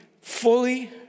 fully